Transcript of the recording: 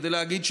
כדי להגיד,